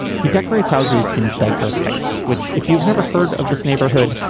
he decorates houses in dika heights, which if you've never heard of this neighborhood,